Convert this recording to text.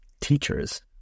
teachers